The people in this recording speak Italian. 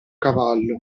cavallo